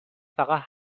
فقط